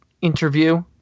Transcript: interview